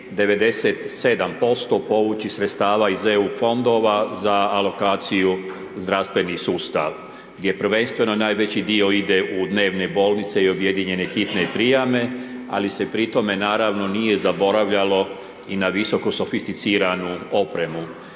97% povući sredstava iz EU fondova za alokaciju zdravstveni sustav, gdje je prvenstveno najveći dio ide u dnevne bolnice i objedinjene hitne prijame, ali se pri tome naravno nije zaboravljalo i na visoko sofisticiranu opremu.